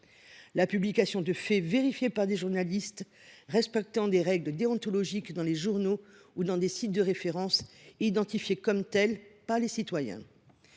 la publication de faits vérifiés par des journalistes respectant les règles déontologiques dans les journaux ou les sites de référence identifiés comme tels par les citoyens.